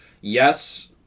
Yes